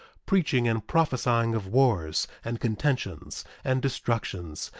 preaching and prophesying of wars, and contentions, and destructions,